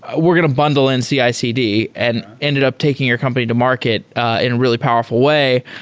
ah we're going to bundle in cicd, and ended up taking your company to market in a really powerful way.